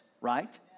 right